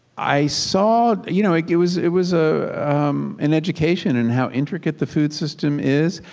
i saw, you know it was it was ah an education in how intricate the food system is,